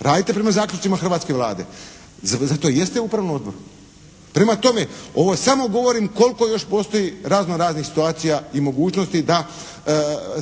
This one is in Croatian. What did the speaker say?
Radite prema zaključcima hrvatske Vlade. Zato i jeste u Upravnom odboru. Prema tome, ovo samo govorim koliko još postoji raznoraznih situacija i mogućnosti da